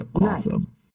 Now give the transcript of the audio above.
awesome